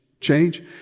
Change